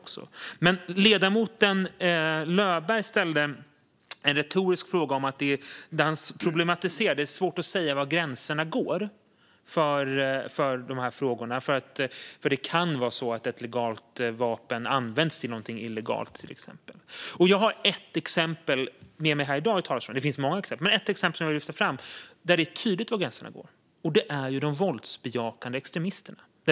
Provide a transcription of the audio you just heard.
Ledamoten Löberg ställde en retorisk fråga där han problematiserade. Det är svårt att säga var gränserna går i de här frågorna, för det kan till exempel vara så att ett legalt vapen används till någonting illegalt. Det finns många exempel, men jag har ett exempel som jag vill lyfta fram där det är tydligt var gränserna går. Det handlar om de våldsbejakande extremisterna.